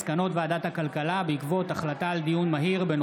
מעמלות; מסקנות ועדת הכלכלה בעקבות דיון מהיר בהצעתם של חברי